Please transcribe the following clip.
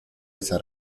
esa